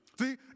See